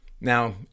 Now